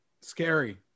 Scary